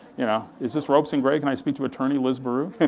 you know is this ropes and gray, can i speak to attorney, liz bierut?